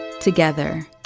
together